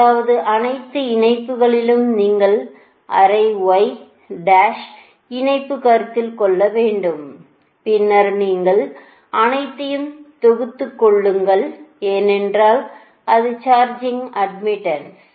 அதாவது அனைத்து இணைப்புகளிலும் நீங்கள் அரை Y டாஸ் இணைப்பை கருத்தில் கொள்ள வேண்டும் பின்னர் நீங்கள் அனைத்தையும் தொகுத்துக்கொள்ளுங்கள் ஏனென்றால் அது சார்ஜிங் அட்மிட்டன்ஸ்